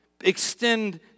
Extend